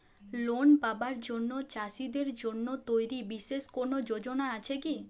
Loan পাবার জন্য চাষীদের জন্য তৈরি বিশেষ কোনো যোজনা আছে কি?